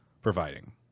providing